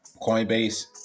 Coinbase